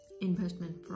Investment